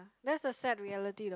that's a sad reality though